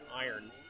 iron